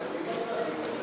מצביעים על זה?